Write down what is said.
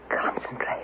Concentrate